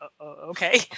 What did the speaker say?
okay